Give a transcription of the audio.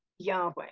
Yahweh